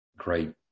great